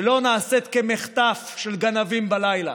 שלא נעשית כמחטף של גנבים בלילה.